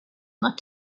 looked